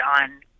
on